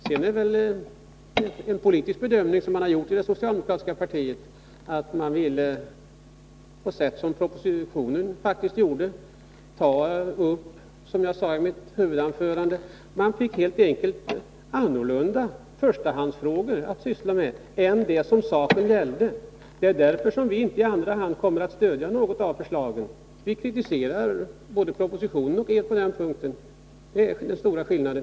Sedan är det väl en politisk bedömning som man har gjort i det socialdemokratiska partiet. Man ville, på samma sätt som propositionen faktiskt gjorde, ta upp annorlunda förstahandsfrågor att syssla med än det som saken gällde, som jag sade i mitt huvudanförande. Det är därför som vi inte i andra hand kommer att stödja något av förslagen. Vi kritiserar både propositionen och er på den punkten. Det är den stora skillnaden.